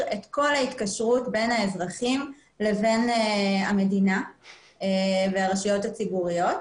את כל ההתקשרות בין האזרחים לבין המדינה והרשויות הציבוריות.